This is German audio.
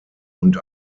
und